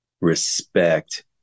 respect